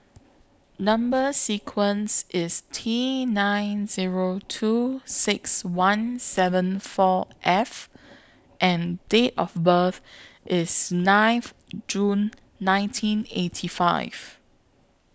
Number sequence IS T nine Zero two six one seven four F and Date of birth IS ninth June nineteen eighty five